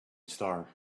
star